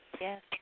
Yes